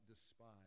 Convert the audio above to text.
despise